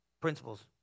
Principles